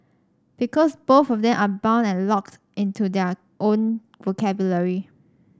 because both of them are bound and locked into their own vocabulary